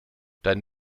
dein